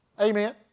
Amen